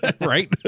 Right